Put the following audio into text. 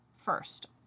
first